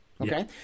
okay